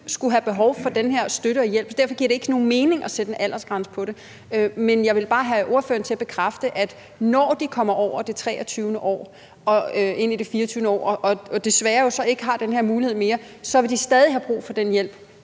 vil have behov for den her støtte og hjælp, så derfor giver det ikke nogen mening at sætte en aldersgrænse på det. Men jeg vil bare have ordføreren til at bekræfte, at de, når de kommer over det 23. år og ind i det 24. år og jo så desværre ikke har den her mulighed mere, så stadig vil have brug for den hjælp,